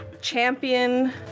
champion